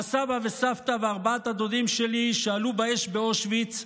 מהסבא וסבתא וארבעת הדודים שלי שעלו באש באושוויץ,